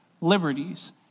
liberties